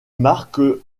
marque